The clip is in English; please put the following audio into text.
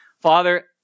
Father